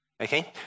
okay